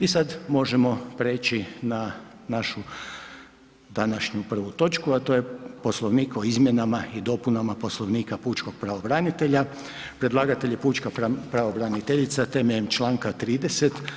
I sad možemo prijeći na našu današnju prvu točku a to je Poslovnik o izmjenama i dopunama Poslovnika pučkog pravobranitelja, predlagatelj je pučka pravobraniteljica temeljem čl. 30.